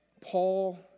Paul